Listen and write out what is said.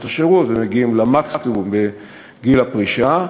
השירות ומגיעים למקסימום בגיל הפרישה,